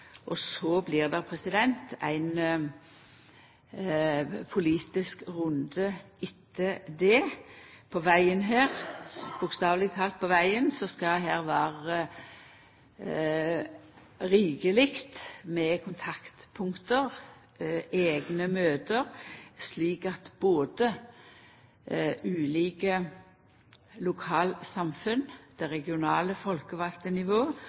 og så blir det ein politisk runde etter det på vegen her – bokstavleg talt. Så skal det vera rikeleg med kontaktpunkt, eigne møte, slik at både ulike lokalsamfunn, det regionale folkevalde